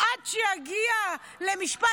עד שיגיע למשפט,